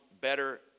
better